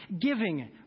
Giving